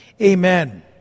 Amen